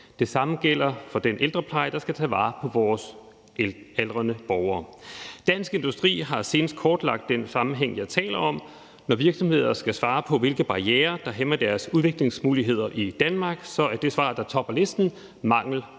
Det samme gælder for den ældrepleje, der skal tage vare på vores aldrende borgere. Dansk Industri har senest kortlagt den sammenhæng, jeg taler om. Når virksomheder skal svare på, hvilke barrierer der hæmmer deres udviklingsmuligheder i Danmark, er det svar, der topper listen, mangel